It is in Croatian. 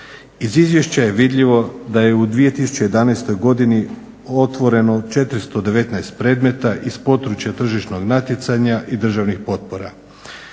Iz Izvješća je vidljivo da je u 2011. godini otvoreno 419 predmeta iz područja tržišnog natjecanja i državnih potpora.